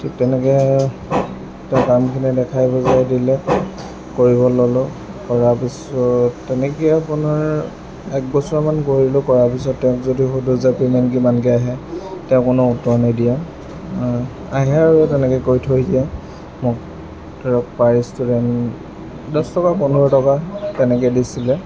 ঠিক তেনেকৈ তেওঁ কামখিনি দেখাই বুজাই দিলে কৰিব ল'লোঁ কৰাৰ পিছত তেনেকৈ আপোনাৰ এক বছৰমান কৰিলোঁ কৰাৰ পিছত তেওঁক যদি সোধোঁ যে পে'মেণ্ট কিমানকৈ আহে তেওঁ কোনো উত্তৰ নিদিয়ে আহে আৰু তেনেকৈ কৈ থৈ দিয়ে মোক ধৰক পাৰ ষ্টুডেণ্ট দহ টকা পোন্ধৰ টকা তেনেকৈ দিছিলে